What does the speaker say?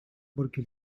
porque